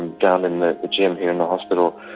and down in the gym here in the hospital.